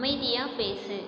அமைதியாக பேசு